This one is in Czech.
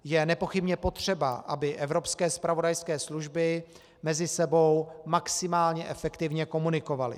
Je nepochybně potřeba, aby evropské zpravodajské služby mezi sebou maximálně efektivně komunikovaly.